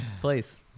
Please